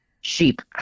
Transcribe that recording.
sheep